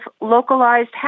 localized